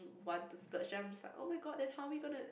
want to splurge then I'm just like oh-my-god then how we gonna